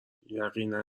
یقینا